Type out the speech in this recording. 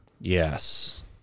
Yes